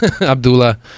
Abdullah